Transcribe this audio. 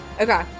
Okay